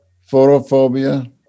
photophobia